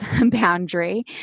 boundary